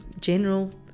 general